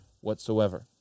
whatsoever